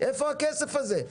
איפה הכסף הזה?